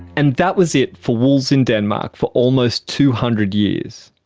and that was it for wolves in denmark for almost two hundred years.